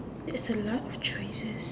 there's a lot of choices